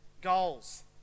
goals